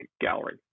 gallery